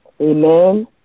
Amen